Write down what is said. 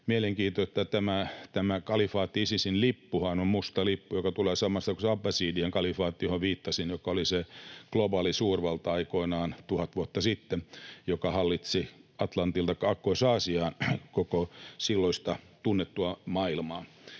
Mielenkiintoista, että tämä kalifaatti-Isisin lippuhan on musta lippu, joka tulee samasta kuin se abbasidien kalifaatti, johon viittasin, joka oli se globaali suurvalta aikoinaan, tuhat vuotta sitten, joka hallitsi Atlantilta Kaakkois-Aasiaan koko silloista tunnettua maailmaa